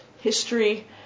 history